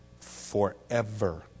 forever